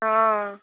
ହଁ